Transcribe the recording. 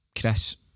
Chris